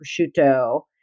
prosciutto